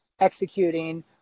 executing